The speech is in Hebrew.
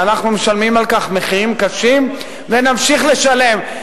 ואנחנו משלמים על כך מחירים קשים ונמשיך לשלם,